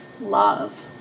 Love